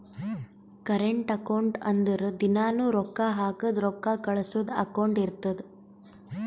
current account ಅಂದುರ್ ದಿನಾನೂ ರೊಕ್ಕಾ ಹಾಕದು ರೊಕ್ಕಾ ಕಳ್ಸದು ಅಕೌಂಟ್ ಇರ್ತುದ್